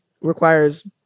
requires